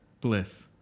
bliss